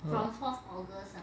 from fourth august